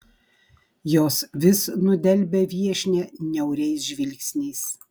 jos vis nudelbia viešnią niauriais žvilgsniais